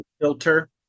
filter